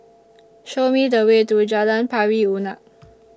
Show Me The Way to Jalan Pari Unak